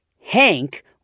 Hank